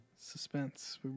Suspense